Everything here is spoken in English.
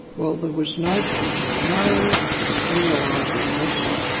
well, there was no body, no real eyewitness,